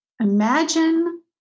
Imagine